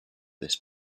this